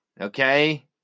okay